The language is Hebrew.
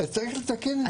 אז צריך לתקן את זה.